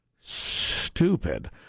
stupid